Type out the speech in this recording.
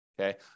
okay